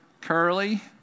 Curly